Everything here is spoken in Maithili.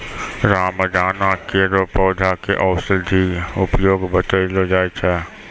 रामदाना केरो पौधा क औषधीय उपयोग बतैलो जाय छै